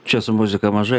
čia su muzika